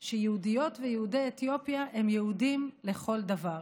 שיהודיות ויהודי אתיופיה הם יהודים לכל דבר.